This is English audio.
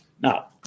Now